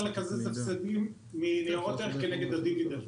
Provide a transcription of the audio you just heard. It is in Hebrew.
לקזז הפסדים מניירות ערך כנגד הדיבידנד,